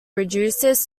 reduces